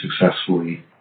successfully